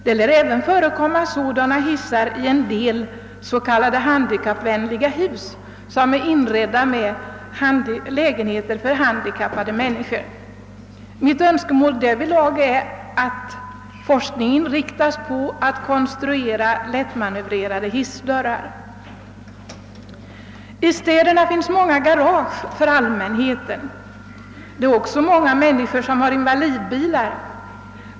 Detta lär även vara fallet med hissarna i en del s.k. handikappvänliga hus med lägenheter inredda för handikappade människor. Mitt önskemål därvidlag är att forskningen inriktas på konstruktion av lättmanövrerade hissdörrar. I städerna finns ju många garage för allmänheten, och många människor har som bekant invalidbilar.